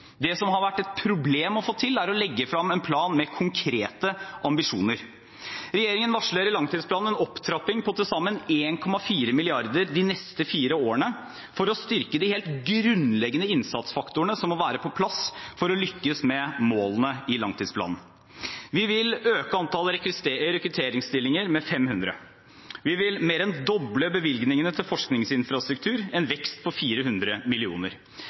Det som har vært et problem å få til, er å legge frem en plan med konkrete ambisjoner. Regjeringen varsler i langtidsplanen en opptrapping på til sammen 1,4 mrd. kr de neste fire årene for å styrke de helt grunnleggende innsatsfaktorene som må være på plass for å lykkes med målene i langtidsplanen. Vi vil øke antallet rekrutteringsstillinger med 500, vi vil mer enn doble bevilgningene til forskningsinfrastruktur, en vekst på 400